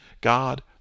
God